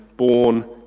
born